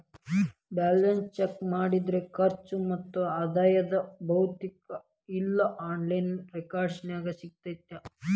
balance check ಮಾಡೋದ್ರಿಂದ ಖರ್ಚು ಮತ್ತ ಆದಾಯದ್ ಭೌತಿಕ ಇಲ್ಲಾ ಆನ್ಲೈನ್ ರೆಕಾರ್ಡ್ಸ್ ಸಿಗತ್ತಾ